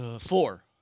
Four